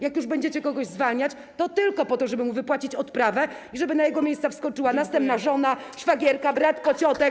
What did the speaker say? Jak już będziecie kogoś zwalniać, to tylko po to, żeby mu wypłacić odprawę i żeby na jego miejsce wskoczyli następna żona, szwagierka, brat, pociotek.